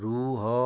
ରୁହ